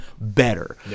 better